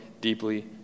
deeply